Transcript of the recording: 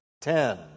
Ten